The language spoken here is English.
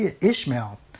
Ishmael